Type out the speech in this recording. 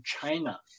China